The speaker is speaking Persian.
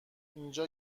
اینجا